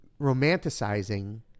romanticizing